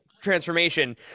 transformation